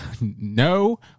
No